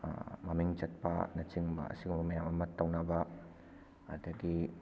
ꯃꯃꯤꯡ ꯆꯠꯄꯅꯆꯤꯡꯕ ꯑꯁꯤꯒꯨꯝꯕ ꯃꯌꯥꯝ ꯑꯃ ꯇꯧꯅꯕ ꯑꯗꯒꯤ